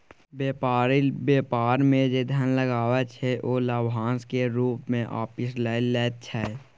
बेपारी बेपार मे जे धन लगबै छै ओ लाभाशं केर रुप मे आपिस लए लैत छै